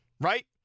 right